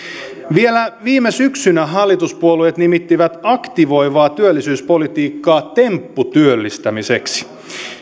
vielä viime syksynä hallituspuolueet nimittivät aktivoivaa työllisyyspolitiikkaa tempputyöllistämiseksi